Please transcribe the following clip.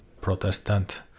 protestant